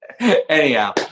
Anyhow